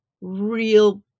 real